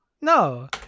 No